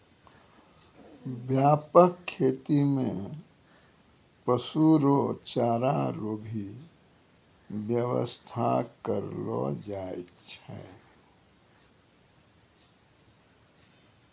व्यापक खेती मे पशु रो चारा रो भी व्याबस्था करलो जाय छै